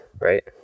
right